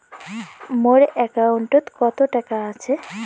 মোর একাউন্টত কত টাকা আছে?